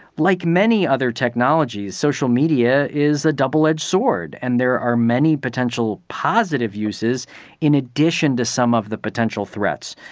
like many other technologies, social media is a double edged sword, and there are many potential positive positive uses in addition to some of the potential threats.